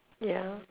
ya